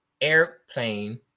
airplane